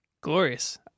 glorious